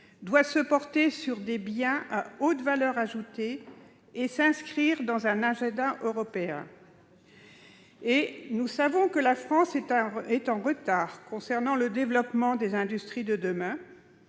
doit porter sur des biens à haute valeur ajoutée et s'inscrire dans un agenda européen. Nous savons d'ailleurs que la France est en retard pour le développement des industries de demain